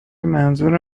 منظور